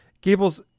Gables